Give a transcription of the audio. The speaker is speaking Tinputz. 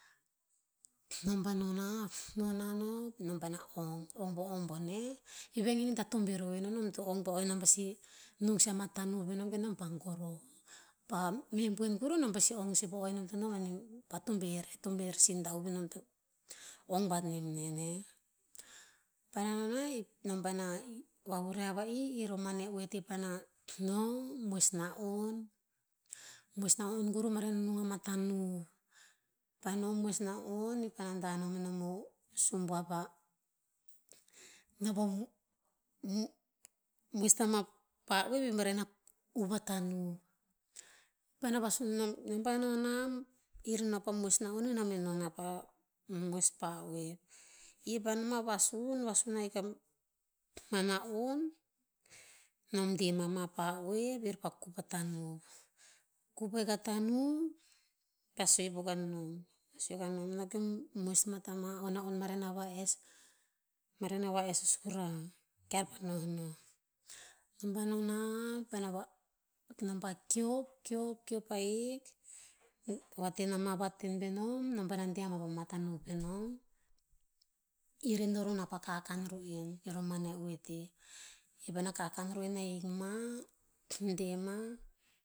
Nom pa no nah, no nah no, nom paena ong, ong poh o bone. Ive gen i hikta tober ovoe non nom to ong poh o eh nom pasi nung sih ama tanuv peh nom ke nom pa goroh. Pa meh boen kuruh nom pasi ong sih po o eh nom to noh bat nem. Pa tober eh, tober sintauv eh nom to ong bat nem nen eh. Paena noh nah nom paena vavuriah vai. Ir o mane oeteh pa noh, moes naon- moes naon kuruh maren a nung ama tanuv. Pa'eh no moes naon i pah dah anom eh nom o subuav pah, noh pah moes tamah pah oev eh maren a uv a tanuv. Paena vasun, nom- nom paeh noh nah, ir noh pah moes naon eh nom eh noh pah moes pah oev. Ir pah noh mah vasun, vasun ahik a mah naon, nom deh mah ma pah oev, ir pah kup a tanuv. Kup ahik a tanuv, pah sue po kane nom, sue ka nom, noh ke eom moes mah tah mah o naon maren a vaes- maren a vaes o sura ke ear pah nohnoh. Nom pah noh nah, paena nom pah keop, keop, keop ahik vaten ama vaten peh nom, nom paena deh ama pama tanuv peh nom. Ir he noh ro nah pah kakan ru'en. Ir o mane oete, ir paena kakan ru'en ahik mah, de mah